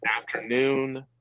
afternoon